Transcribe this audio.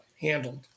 handled